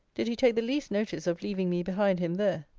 did he take the least notice of leaving me behind him there.